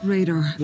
Radar